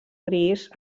gris